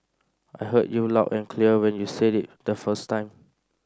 I heard you loud and clear when you said it the first time